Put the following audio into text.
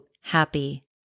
Happy